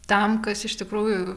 tam kas iš tikrųjų